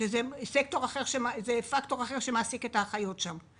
שזה פקטור אחר שמעסיק את האחיות שם,